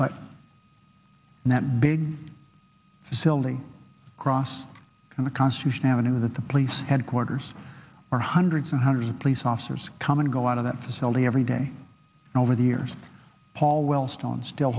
silky cross and the constitution avenue that the police headquarters or hundreds and hundreds of police officers come and go out of that facility every day and over the years paul wellstone still